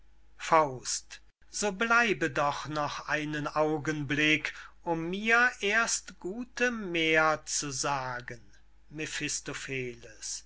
entlassen so bleibe doch noch einen augenblick um mir erst gute mähr zu sagen